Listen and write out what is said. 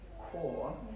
core